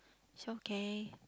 is okay